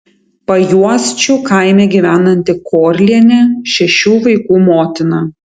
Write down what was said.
pajuosčių kaime gyvenanti korlienė šešių vaikų motina